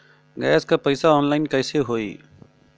Gas क पैसा online कइसे होई?